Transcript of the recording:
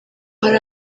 hari